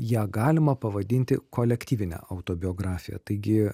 ją galima pavadinti kolektyvine autobiografija taigi